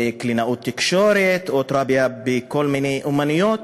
קלינאות תקשורת או תרפיה בכל מיני אמנויות,